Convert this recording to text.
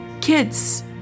kids